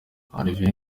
olivier